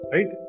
Right